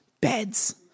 beds